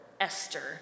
Esther